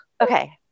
Okay